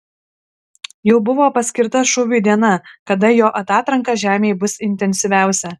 jau buvo paskirta šūviui diena kada jo atatranka žemei bus intensyviausia